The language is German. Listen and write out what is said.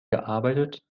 gearbeitet